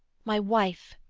my wife,